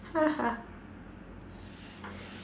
ha ha